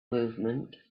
movement